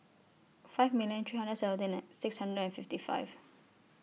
five million three hundred seventeen thousand six hundred and fifty five